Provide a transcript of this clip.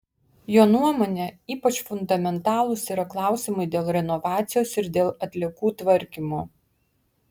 jo nuomone ypač fundamentalūs yra klausimai dėl renovacijos ir dėl atliekų tvarkymo